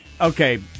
Okay